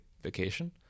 vacation